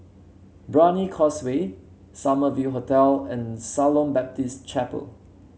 Brani Causeway Summer View Hotel and Shalom Baptist Chapel